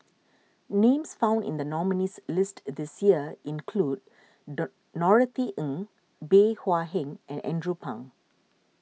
names found in the nominees' list this year include Norothy Ng Bey Hua Heng and Andrew Phang